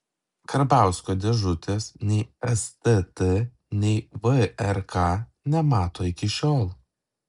karbauskio dėžutės nei stt nei vrk nemato iki šiol